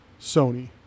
Sony